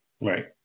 Right